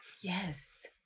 Yes